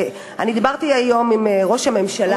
אני דיברתי היום עם ראש הממשלה,